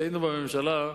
כשהיינו בממשלה,